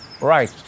Right